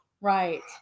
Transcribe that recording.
Right